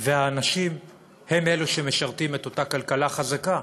והאנשים הם אלו שמשרתים את אותה כלכלה חזקה.